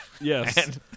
Yes